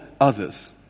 others